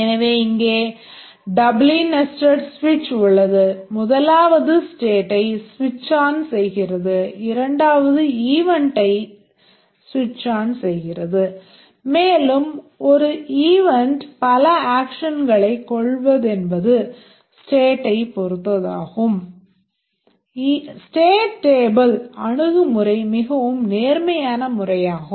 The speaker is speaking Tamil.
எனவே இங்கே டப்லி நெஸ்டெட் ஸ்விட்ச் கொள்ளவதென்பது ஸ்டேட்டைப் பொறுத்ததாகும்